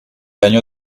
año